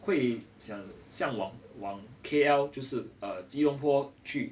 会想向往往 K_L 就是吉隆坡去